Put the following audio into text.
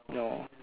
no